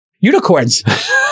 unicorns